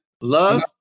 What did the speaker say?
Love